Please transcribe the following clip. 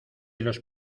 los